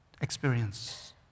experience